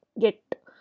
get